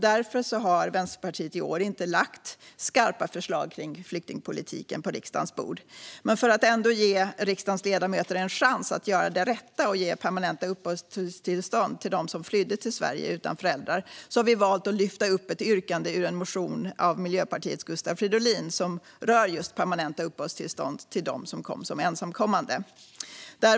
Därför har Vänsterpartiet i år inte lagt några skarpa förslag kring flyktingpolitiken på riksdagens bord. Men för att ändå ge riksdagens ledamöter en chans att göra det rätta och ge permanenta uppehållstillstånd till dem som flydde till Sverige utan föräldrar har vi valt att lyfta fram ett yrkande ur en motion av Miljöpartiets Gustav Fridolin som rör just permanenta uppehållstillstånd för dem som kom som ensamkommande.